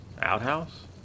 Outhouse